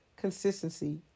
consistency